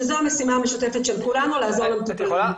שזו המשימה המשותפת של כולנו, לעזור למטופלים.